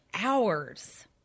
hours